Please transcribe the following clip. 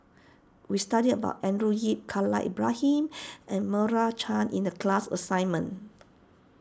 we studied about Andrew Yip Khalil Ibrahim and Meira Chand in the class assignment